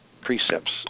precepts